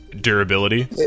durability